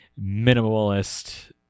minimalist